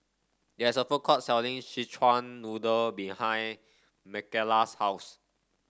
there's a food court selling Szechuan Noodle behind Makala's house